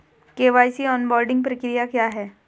KYC onboarding प्रक्रिया क्या है?